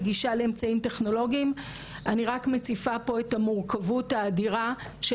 עוד עשרים דקות אני צריכה ללכת להצביע על הכנה לקריאה ראשונה.